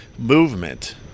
movement